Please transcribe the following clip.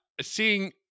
seeing